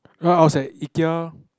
ya I was at Ikea